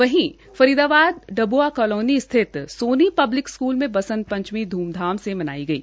वहीं फरीदाबाद डब्आ कालोनी स्थित सोनी पब्लिक स्कूल में बसंत पंचमी धूमधाम से मनाई गई